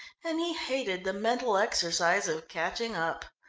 and he hated the mental exercise of catching up.